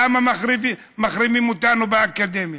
למה מחרימים אותנו באקדמיה.